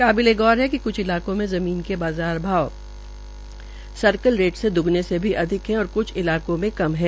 काबिलेगौर हैा कि क्छ इलाकों में ज़मीन के बाज़ार भाव सर्किल रेट से द्गने से अधिक है और क्छ इलाकों मे कम है